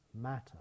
matter